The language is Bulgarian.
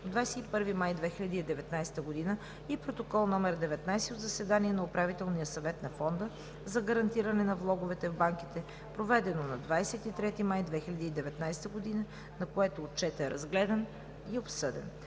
21 май 2019 г. и Протокол № 19 от заседание на Управителния съвет на Фонда за гарантиране на влоговете в банките, проведено на 23 май 2019 г., на което отчетът е разгледан и обсъден.